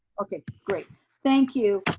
okay, great, thank you.